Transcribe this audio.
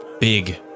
big